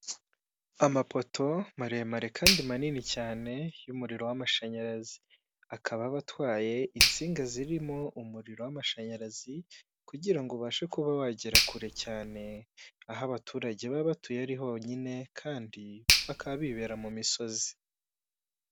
Amapoto maremare kandi manini cyane y'umuriro w'amashanyarazi, akaba aba atwaye insinga zirimo umuriro w'amashanyarazi, kugirango ubashe kuba wagera kure cyane, aho abaturage baba batuye ari honyine, kandi bakaba bibera mu misozi.